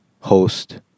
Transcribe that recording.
host